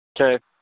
Okay